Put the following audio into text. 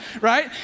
right